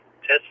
test